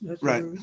right